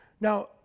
Now